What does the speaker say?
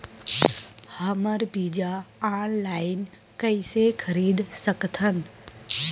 हमन बीजा ऑनलाइन कइसे खरीद सकथन?